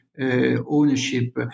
ownership